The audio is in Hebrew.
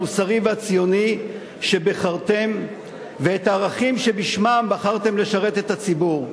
המוסרי והציוני שבחרתם ואת הערכים שבשמם בחרתם לשרת את הציבור.